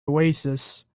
oasis